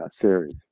series